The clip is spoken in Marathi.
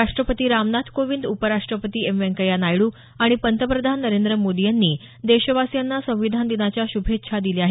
राष्टपती रामनाथ कोविंद उपराष्ट्रपती एम व्यंकय्या नायडू पंतप्रधान नरेंद्र मोदी यांनी देशवासीयांना संविधान दिनाच्या शुभेच्छा दिल्या आहेत